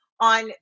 on